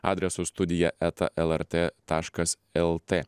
adresu studija eta lrt taškas lt